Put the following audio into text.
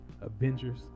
Avengers